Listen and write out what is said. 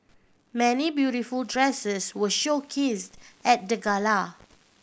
many beautiful dresses were showcased at the gala